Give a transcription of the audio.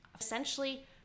essentially